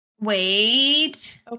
Wait